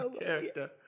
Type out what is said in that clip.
Character